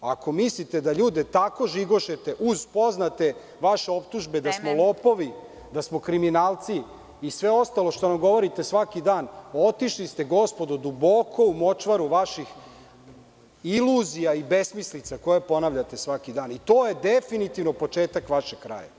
Ako mislite da ljude tako žigošete uz poznate vaše optužbe da smo lopovi, kriminalci i sve ostalo što nam govorite svaki dan, otišli ste gospodo duboko u močvaru vaših iluzija i besmislica koje ponavljate svaki dan i to je definitivno početak vašeg kraja.